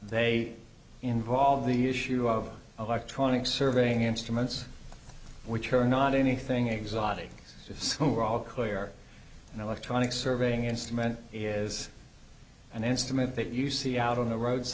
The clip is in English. they involve the issue of electronic surveying instruments which are not anything exotic schools are all clear and electronic surveying instrument is an instrument that you see out on the roads